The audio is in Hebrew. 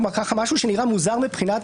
משהו שנראה מוזר מבחינה מינהלית.